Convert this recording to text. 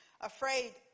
afraid